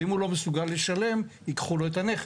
ואם הוא לא מסוגל לשלם, ייקחו לו את הנכס.